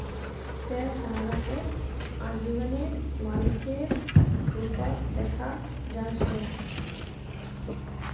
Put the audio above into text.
शेयरधारकक आजीवनेर मालिकेर रूपत दखाल जा छेक